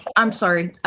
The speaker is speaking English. i'm sorry,